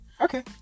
Okay